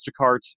Instacart